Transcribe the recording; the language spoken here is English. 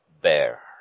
bear